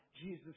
Jesus